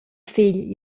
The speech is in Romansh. fegl